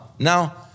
Now